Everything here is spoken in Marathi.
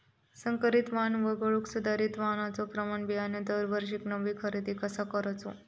संकरित वाण वगळुक सुधारित वाणाचो प्रमाण बियाणे दरवर्षीक नवो खरेदी कसा करायचो?